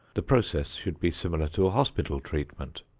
the process should be similar to a hospital treatment.